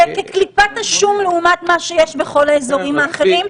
כקליפת השום לעומת מה שיש בכל האזורים האחרים.